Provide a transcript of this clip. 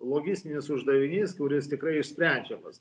logistinis uždavinys kuris tikrai išsprendžiamas